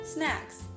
Snacks